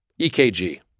EKG